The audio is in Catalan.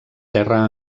terra